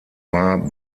war